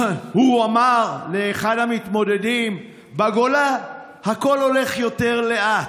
הוא אמר לאחד המתמודדים: "בגולה הכול הולך יותר לאט".